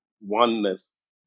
oneness